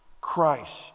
Christ